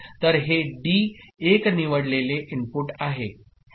तर डी 1 हे निवडलेले इनपुट आहे